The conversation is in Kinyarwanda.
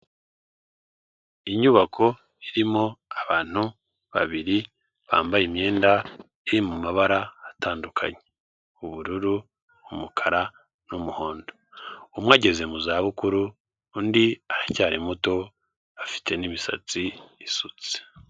Inyubako irimo abantu babiri bambaye imyenda iri mu mabara atandukanye, ubururu umukara, n'umuhondo, umwe ageze mu za bukuru undi aracyari muto, afite n'imisatsi isutse.